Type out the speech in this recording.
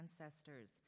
ancestors—